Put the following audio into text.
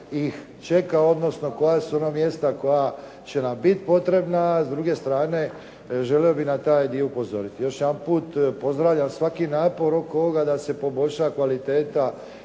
ih čeka odnosno koja su mjesta koja će nam biti potrebna, s druge strane želio bih na taj dio upozoriti. Još jedanput pozdravljam svaki napor oko ovoga da se poboljša kvaliteta